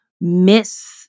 miss